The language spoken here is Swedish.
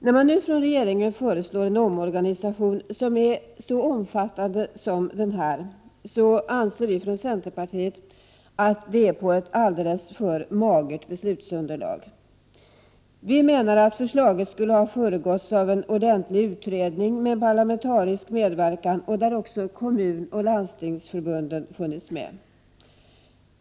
När regeringen nu föreslår en omorganisation som är så omfattande som är fallet anser vi från centerpartiet att det sker på ett alldeles för magert beslutsunderlag. Vi menar att förslaget skulle ha föregåtts av en ordentlig utredning med parlamentarisk medverkan, där också Kommunförbundet och Landstingsförbundet funnits med.